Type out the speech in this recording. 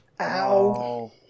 Ow